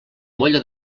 molla